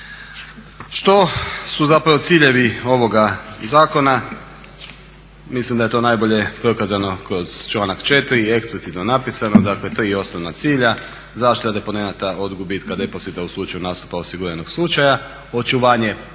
Što su zapravo ciljevi ovoga zakona? Mislim da je to najbolje prokazano kroz članak 4. i eksplicitno napisano, dakle 3 osnovna cilja, zaštita deponenata od gubitka depozita u slučaju nastupa osiguranog slučaja, očuvanje povjerenja